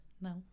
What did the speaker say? No